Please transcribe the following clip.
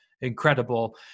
incredible